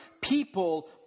people